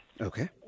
Okay